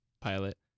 pilot